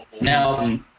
Now